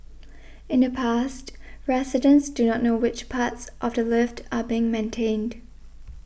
in the past residents do not know which parts of the lift are being maintained